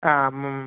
ആ